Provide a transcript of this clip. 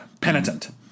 penitent